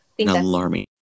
alarming